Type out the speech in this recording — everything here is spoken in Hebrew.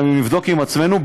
אם נבדוק עם עצמנו,